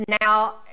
now